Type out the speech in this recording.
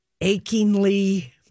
achingly